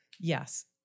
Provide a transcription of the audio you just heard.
yes